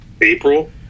april